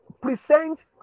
present